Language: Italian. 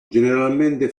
generalmente